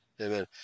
Amen